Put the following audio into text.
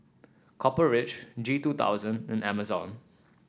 Copper Ridge G two thousand and Amazon